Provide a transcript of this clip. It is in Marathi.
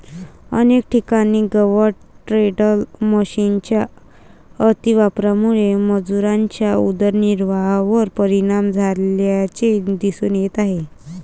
अनेक ठिकाणी गवत टेडर मशिनच्या अतिवापरामुळे मजुरांच्या उदरनिर्वाहावर परिणाम झाल्याचे दिसून येत आहे